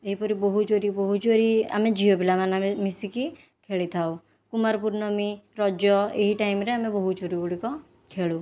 ଏହିପରି ବୋହୁ ଚୋରି ବୋହୁ ଚୋରି ଆମେ ଝିଅ ପିଲାମାନେ ମିଶିକି ଖେଳିଥାଉ କୁମାର ପୂର୍ଣ୍ଣମୀ ରଜ ଏହି ଟାଇମ୍ ରେ ଆମେ ବୋହୁ ଚୋରି ଗୁଡ଼ିକ ଖେଳୁ